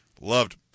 Loved